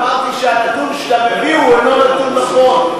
אמרתי שהנתון שאתה מביא אינו נתון נכון,